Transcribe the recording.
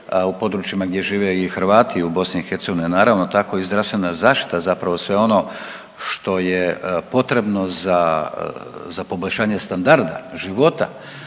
u područjima gdje žive i Hrvati u BiH, naravno, tako i zdravstvena zaštita, zapravo sve ono što je potrebno za poboljšanje standarda, života,